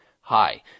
Hi